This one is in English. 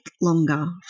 longer